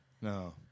No